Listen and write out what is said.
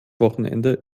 wochenende